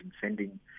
sending